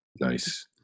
nice